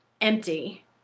empty